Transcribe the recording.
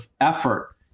effort